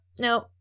nope